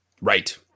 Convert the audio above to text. Right